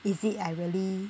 is it I really